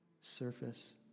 surface